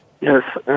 Yes